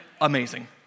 amazing